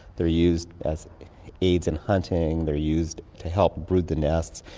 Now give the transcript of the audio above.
they're used as aids in hunting, they're used to help brood the nests,